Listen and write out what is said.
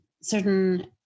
certain